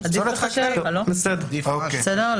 בסדר, נשאיר את זה.